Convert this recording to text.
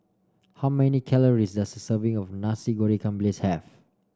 how many calories does a serving of Nasi Goreng Ikan Bilis have